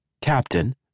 Captain